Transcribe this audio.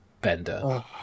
Bender